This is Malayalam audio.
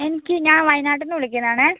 എനിക്ക് ഞാൻ വായനാട്ടിൽ നിന്ന് വിളിക്കുന്നതാണേ